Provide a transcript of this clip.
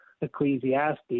Ecclesiastes